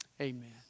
amen